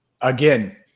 again